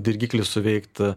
dirgiklis suveikt